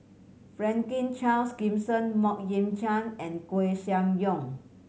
Franklin Charles Gimson Mok Ying Jang and Koeh Sia Yong